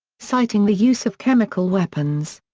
citing the use of chemical weapons.